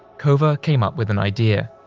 cover came up with an idea,